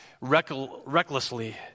recklessly